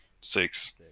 Six